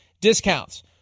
discounts